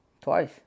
Twice